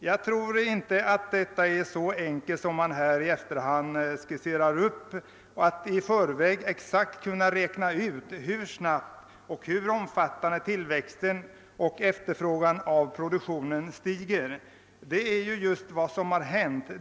Jag tror inte att det är så enkelt, som man här i efterhand skisserar upp, att i förväg exakt räkna ut hur snabbt och i vilken omfattning produktion och efterfrågan skall växa. Detta är ju just vad som har hänt.